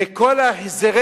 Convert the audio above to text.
וכל החזרי